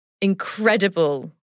incredible